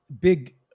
big